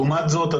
לעומת זאת,